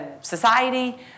society